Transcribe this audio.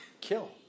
kill